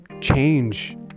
change